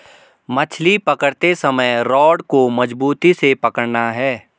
मछली पकड़ते समय रॉड को मजबूती से पकड़ना है